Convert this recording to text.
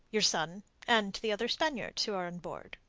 your son, and the other spaniards who are on board?